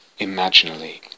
imaginally